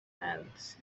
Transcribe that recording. hands